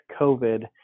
COVID